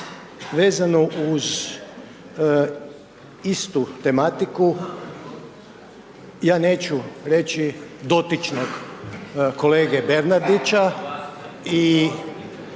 vezano uz istu tematiku, ja neću reći dotičnog kolege Bernardića i